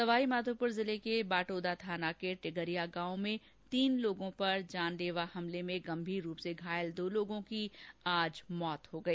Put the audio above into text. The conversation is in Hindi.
सवाईमाधोपुर जिले के बाटोदा थाना के टिगरिया गांव में तीन लोगों पर जानलेवा हमले में गंभीर रूप से घायल दो लोगों की आज मौत हो गई